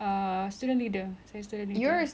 uh student leader saya student leader